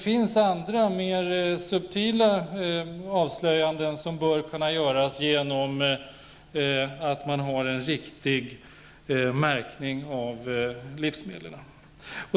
Andra och mera subtila avslöjanden bör kunna göras med hjälp av en riktig märkning av livsmedlen.